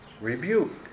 rebuke